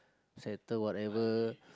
settle whatever